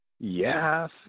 Yes